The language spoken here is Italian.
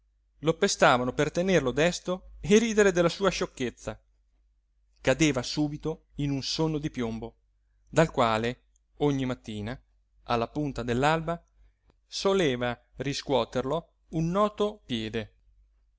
lo pestavano per tenerlo desto e ridere della sua sciocchezza cadeva subito in un sonno di piombo dal quale ogni mattina alla punta dell'alba soleva riscuoterlo un noto piede